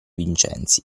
vincenzi